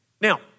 Now